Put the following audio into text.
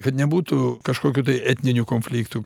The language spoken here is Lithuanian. kad nebūtų kažkokių tai etninių konfliktų